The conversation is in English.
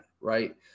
right